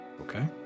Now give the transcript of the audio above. Okay